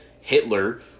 Hitler